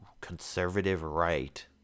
conservative-right